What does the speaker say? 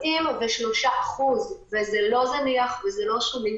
43% - וזה לא זניח ולא שולי